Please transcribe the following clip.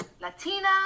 Latina